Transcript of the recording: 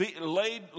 laid